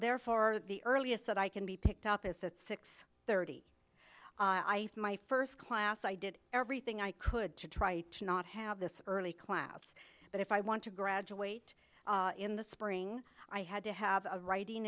therefore the earliest that i can be picked up is that six thirty i have my first class i did everything i could to try to not have this early class but if i want to graduate in the spring i had to have a writing